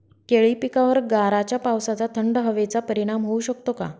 केळी पिकावर गाराच्या पावसाचा, थंड हवेचा परिणाम होऊ शकतो का?